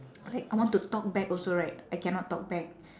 like I want to talk back also right I cannot talk back